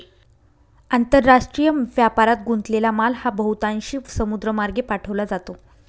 आंतरराष्ट्रीय व्यापारात गुंतलेला माल हा बहुतांशी समुद्रमार्गे पाठवला जातो